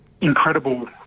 incredible